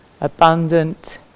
abundant